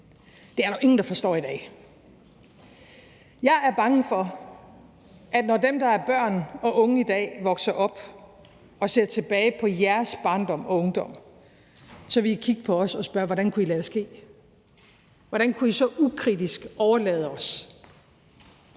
Det er der jo ingen der forstår i dag. Jeg er bange for, at når dem, der er børn og unge i dag, vokser op og ser tilbage på deres barndom og ungdom, vil de kigge på os og spørge: Hvordan kunne I lade det ske? Hvordan kunne I så ukritisk overlade os